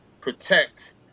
protect